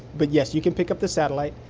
but, yes, you can pick up this satellite.